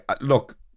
look